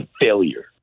failure